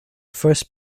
first